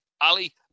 Ali